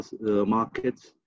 markets